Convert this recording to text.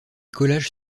collages